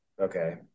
okay